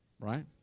Right